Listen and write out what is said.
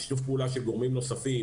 שיתוף פעולה של גורמים נוספים,